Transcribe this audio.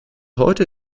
heute